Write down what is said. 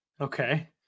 Okay